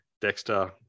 Dexter